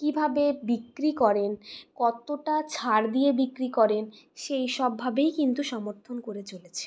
কীভাবে বিক্রি করেন কতটা ছাড় দিয়ে বিক্রি করেন সেই সবভাবেই কিন্তু সমর্থন করে চলেছে